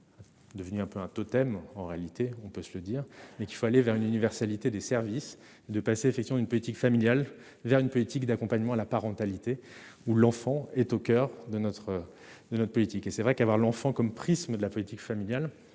devenu un peu un totem, en réalité, on peut se le dire, mais qu'il fallait vers une universalité des services de passer effectivement une politique familiale vers une politique d'accompagnement à la parentalité, où l'enfant est au coeur de notre de notre politique, et c'est vrai qu'avoir l'enfant comme prisme de la politique familiale,